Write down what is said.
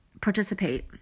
participate